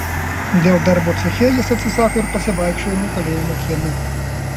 dėl darbo ceche jis atsisako ir pasivaikščiojimų kalėjimo kieme